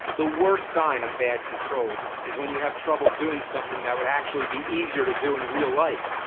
the worst sign of bad controls is when you have trouble doing something that would actually be easier to do in real life.